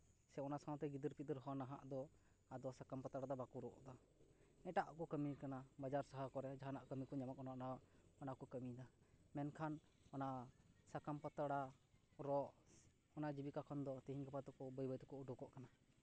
ᱥᱮ ᱚᱱᱟ ᱥᱟᱶᱛᱮ ᱜᱤᱫᱟᱹᱨ ᱯᱤᱫᱟᱹᱨ ᱦᱚᱸ ᱱᱟᱦᱟᱜ ᱫᱚ ᱟᱫᱚ ᱥᱟᱠᱟᱢ ᱯᱟᱛᱲᱟ ᱫᱚ ᱵᱟᱠᱚ ᱨᱚᱜ ᱫᱟ ᱮᱴᱟᱜ ᱟᱜ ᱠᱚ ᱠᱟᱹᱢᱤ ᱠᱟᱱᱟ ᱵᱟᱡᱟᱨ ᱥᱟᱦᱟᱨ ᱠᱚᱨᱮᱫ ᱡᱟᱦᱟᱱᱟᱜ ᱠᱟᱹᱢᱤ ᱠᱚ ᱧᱟᱢᱚᱜ ᱠᱟᱱᱟ ᱚᱱᱟ ᱠᱚ ᱠᱟᱹᱢᱤᱭᱮᱫᱟ ᱢᱮᱱᱠᱷᱟᱱ ᱚᱱᱟ ᱥᱟᱠᱟᱢ ᱯᱟᱛᱲᱟ ᱨᱚᱜ ᱚᱱᱟ ᱡᱤᱵᱤᱠᱟ ᱠᱷᱚᱱ ᱫᱚ ᱛᱤᱦᱤᱧ ᱜᱟᱯᱟ ᱫᱚᱠᱚ ᱵᱟᱹᱭᱼᱵᱟᱹᱭ ᱛᱮᱠᱚ ᱩᱰᱩᱠᱚᱜ ᱠᱟᱱᱟ